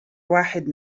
واحد